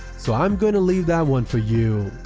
so i'm gonna leave that one for you.